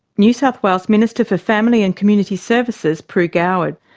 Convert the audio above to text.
new south wales minister for family and community services, pru goward.